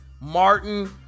Martin